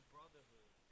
Brotherhood